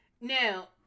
Now